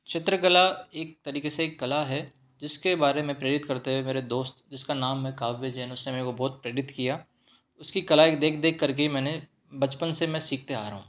चित्रकला एक तरीके से कला है जिसके बारे में प्रेरित करते हुए मेरे दोस्त जिसका नाम है काव्य जैन उसने मेरे को बहुत प्रेरित किया उसकी कलाएँ देख देखकर के ही मैंने बचपन से मैं सीखते आ रहा हूँ